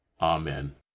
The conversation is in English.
Amen